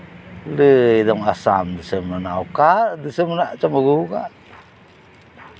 ᱞᱟᱹᱭ ᱫᱟᱢ ᱟᱥᱟᱢ ᱫᱤᱥᱚᱢ ᱨᱮᱱᱟᱜ ᱚᱠᱟ ᱫᱤᱥᱚᱢ ᱨᱮᱱᱟᱜ ᱪᱚᱢ ᱟᱹᱜᱩ ᱟᱠᱟᱫ